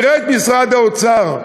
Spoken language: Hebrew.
נראה את משרד האוצר,